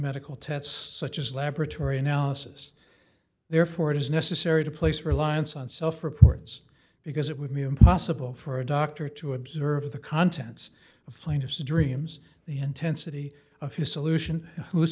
medical tests such as laboratory analysis therefore it is necessary to place reliance on self reports because it would be impossible for a doctor to observe the contents of plaintiff's dreams the intensity of his solution